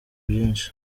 byinshi